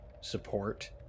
support